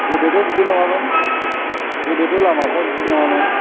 गोदोथ' बिदिनङामोन गोदोथ' लामाफ्रा बिदि नङामोन